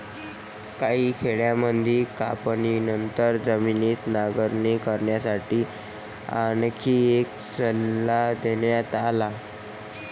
काही खेड्यांमध्ये कापणीनंतर जमीन नांगरणी करण्यासाठी आणखी एक सल्ला देण्यात आला